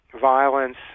violence